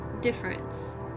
difference